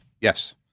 Yes